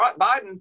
Biden